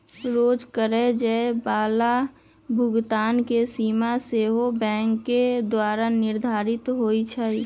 रोज करए जाय बला भुगतान के सीमा सेहो बैंके द्वारा निर्धारित होइ छइ